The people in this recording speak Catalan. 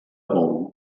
bou